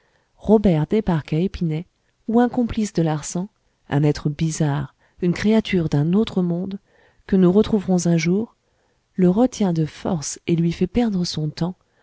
débarque à épinay où un complice de larsan un être bizarre une créature d'un autre monde que nous retrouverons un jour le retient de force et lui fait perdre son temps